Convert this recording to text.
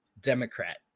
Democrat